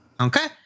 Okay